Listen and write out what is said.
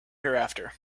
hereafter